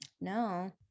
no